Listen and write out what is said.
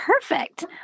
perfect